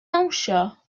dawnsio